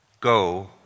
go